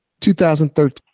2013